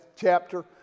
chapter